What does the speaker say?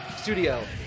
Studio